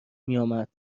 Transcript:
میآمد